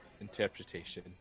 interpretation